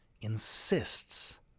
insists